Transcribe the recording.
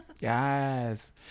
yes